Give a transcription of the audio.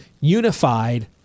unified